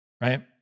right